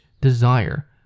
desire